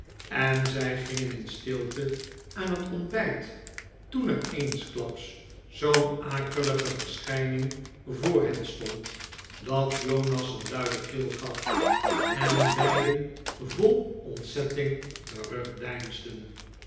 en zij gingen in stilte aan het ontbijt toen er eensklaps zoo'n akelige verschijning voor hen stond dat jonas een luiden gil gaf en beiden vol ontzetting